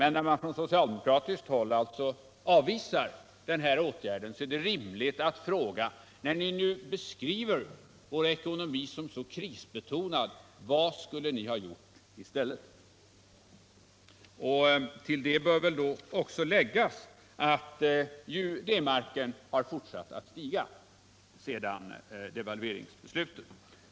När man från socialdemokratiskt håll nu avvisar dessa åtgärder är det rimligt att fråga: När ni beskriver vår ekonomi som så krisbetonad, vad skulle ni då ha gjort i stället? Det bör också tilläggas att D-marken ju har fortsatt att stiga sedan devalveringsbeslutet fattades.